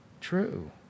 true